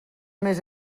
més